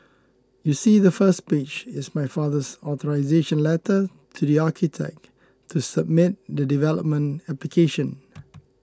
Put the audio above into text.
you see the first page is my father's authorisation letter to the architect to submit the development application